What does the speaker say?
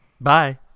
Bye